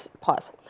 Pause